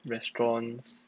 restaurants